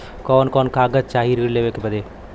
कवन कवन कागज चाही ऋण लेवे बदे?